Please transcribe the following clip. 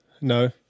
no